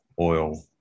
oil